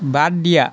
বাদ দিয়া